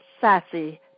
sassy